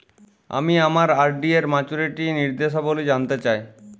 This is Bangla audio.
আমি আমার আর.ডি এর মাচুরিটি নির্দেশাবলী জানতে চাই